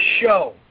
show